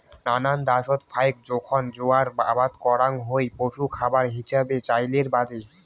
নানান দ্যাশত ফাইক জোখন জোয়ার আবাদ করাং হই পশু খাবার হিছাবে চইলের বাদে